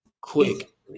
Quick